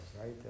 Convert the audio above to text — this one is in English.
right